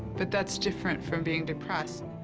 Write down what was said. but that's different from being depressed.